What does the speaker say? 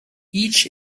each